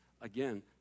again